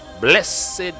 Blessed